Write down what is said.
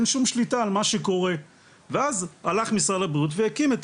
אין שום שליטה על מה שקורה ואז הלך משרד הבריאות והקים את